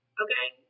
okay